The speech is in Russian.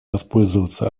воспользоваться